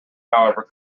however